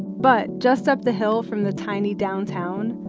but just up the hill from the tiny downtown,